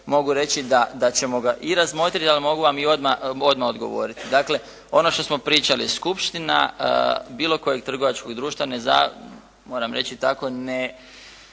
mogu reći da ćemo ga i razmotriti ali mogu vam i odmah odgovoriti. Dakle ono što smo pričali skupština bilo kojeg trgovačkog društva ne, moram reći tako ne